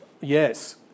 Yes